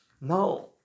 Now